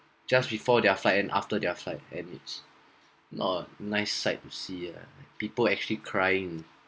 just before their flight and after their flight and it's not nice sight to see ah people actually crying